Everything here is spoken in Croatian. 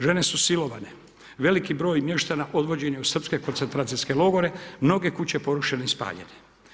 Žene su silovani, veliki veliki broj mještana odvođen je u srpske koncentracijske logore, mnoge kuće porušene i spaljene.